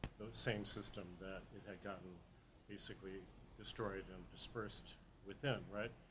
same system that it had gotten basically destroyed and dispersed within, right?